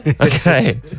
Okay